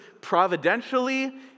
providentially